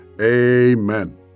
amen